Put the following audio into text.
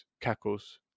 Cackle's